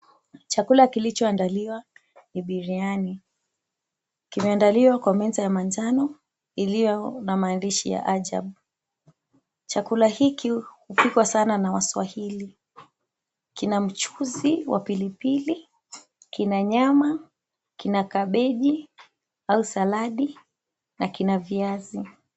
Chakula kilichoandaliwa ni biryani kimeandaliwa kwa meza ya manjano yaliyo na maandishi ya ajabu chakula hiki hupikwa sana na waswahili, kina mchuzi wa pilipili kina nyama, kina kabeji au saladi na kina viazi.